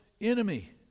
enemy